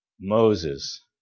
Moses